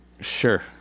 sure